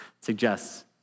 suggests